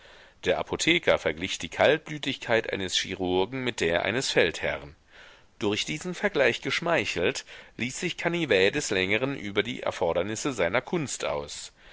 der apotheker verglich die kaltblütigkeit eines chirurgen mit der eines feldherrn durch diesen vergleich geschmeichelt ließ sich canivet des längeren über die erfordernisse seiner kunst aus